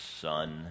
son